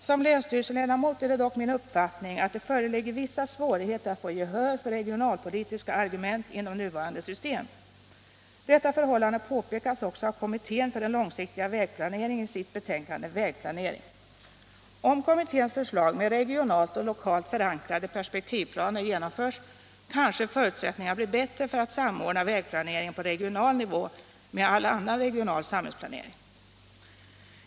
Som länsstyrelseledamot har jag dock den uppfattningen att det föreligger vissa svårigheter att få gehör för regionalpolitiska argument inom nuvarande system. Detta förhållande påpekas också av kommittén för den långsiktiga vägplaneringen i dess betänkande Vägplanering. Om kommitténs förslag med regionalt och lokalt förankrade perspektivplaner genomförs, kanske förutsättningarna blir bättre för att samordna vägplaneringen på regional nivå med all annan regional samhällsplanering.